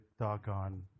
doggone